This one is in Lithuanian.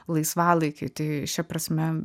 laisvalaikiui tai šia prasme